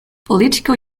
political